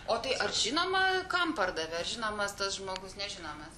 o tai ar žinoma kam pardavė ar žinomas tas žmogus nežinomas